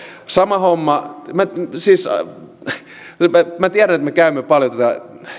sama homma minä tiedän että me käymme paljon tätä